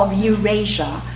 um eurasia.